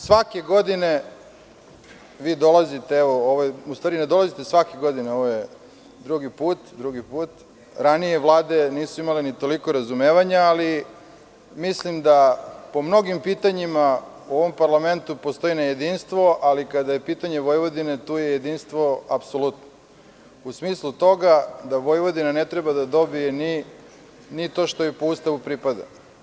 Svake godine vi dolazite, u stvari ne dolazite svake godine, ovo je drugi put, ranije vlade nisu imale ni toliko razumevanja, ali mislim da po mnogim pitanjima u ovom parlamentu postoji nejedinstvo, ali kada je u pitanju Vojvodina, tu je jedinstvo apsolutno, u smislu toga da Vojvodina ne treba da dobije ni to što joj po Ustavu pripada.